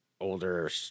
older